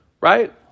Right